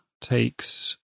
takes